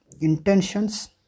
intentions